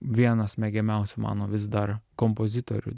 vienas mėgiamiausių mano vis dar kompozitorių